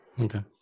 Okay